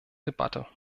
debatte